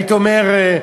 הייתי אומר,